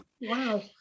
Wow